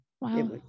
Wow